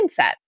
mindset